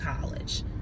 college